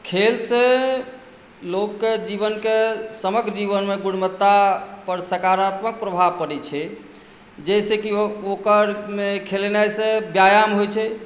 खेलसँ लोकके जीवनके समग्र जीवनमे गुणवत्तापर सकारात्मक प्रभाव पड़ैत छै जाहिसँ कि ओकर खेलेनाइसँ व्यायाम होइत छै